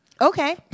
okay